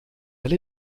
elle